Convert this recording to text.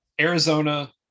Arizona